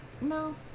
no